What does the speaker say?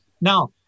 Now